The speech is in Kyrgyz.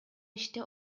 иште